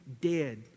Dead